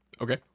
okay